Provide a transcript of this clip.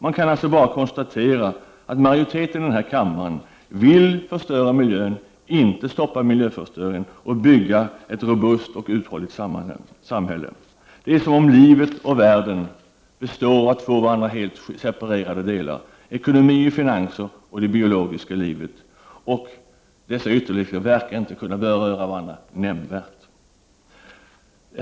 Man kan alltså bara konstatera att majoriteten i den här kammaren vill förstöra miljön, inte stoppa miljöförstöringen och bygga ett robust och uthålligt samhälle. Det är som om livet och världen består av två från varandra helt separerade delar: ekonomi och finanser och det biologiska livet. Och dessa ytterligheter verkar inte kunna beröra varandra nämnvärt.